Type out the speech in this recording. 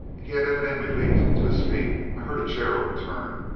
he had evidently leaped to his feet. i heard a chair overturn.